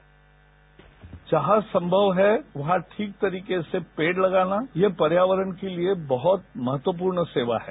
bite जहां संभव है वहां ठीक तरीके से पेड़ लगाना यह पर्यावरण के लिए बहुत महत्वपूर्ण सेवा है